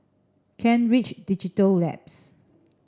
Kent Ridge Digital Labs